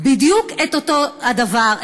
בדיוק אותו הדבר,